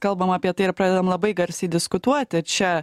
kalbam apie tai ir pradedam labai garsiai diskutuoti čia